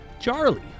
Charlie